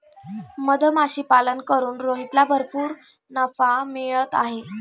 मधमाशीपालन करून रोहितला भरपूर नफा मिळत आहे